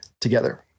together